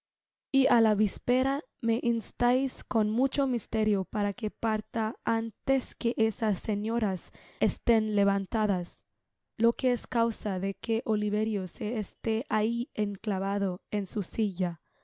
á la vispera me instais con mucho misterio para que parta antes que esas señoras estén levantadas lo que es causa de que oliverio se esté ahi enclavado en su silla